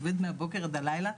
עובד מהבוקר עד הלילה,